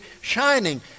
shining